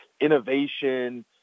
innovation